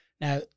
Now